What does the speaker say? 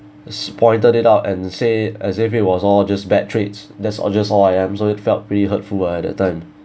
just pointed it out and say as if it was all just bad traits that all just all I am so it felt really hurtful ah at that time